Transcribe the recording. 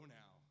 now